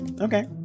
Okay